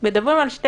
הוא אמר לך, אין